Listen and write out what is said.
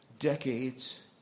decades